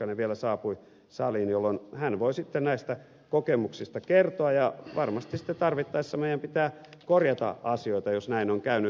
hurskainen vielä saapui saliin jolloin hän voi sitten näistä kokemuksista kertoa ja varmasti sitten tarvittaessa meidän pitää korjata asioita jos näin on käynyt